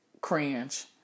cringe